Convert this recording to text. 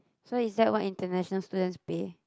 so is that what international students pay